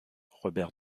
robert